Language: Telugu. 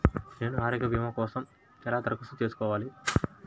నేను ఆరోగ్య భీమా కోసం ఎలా దరఖాస్తు చేసుకోవాలి?